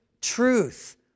truth